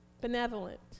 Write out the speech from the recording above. benevolent